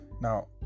Now